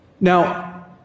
Now